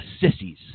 sissies